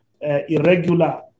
irregular